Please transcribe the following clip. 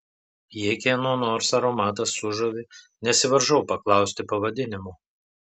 jei kieno nors aromatas sužavi nesivaržau paklausti pavadinimo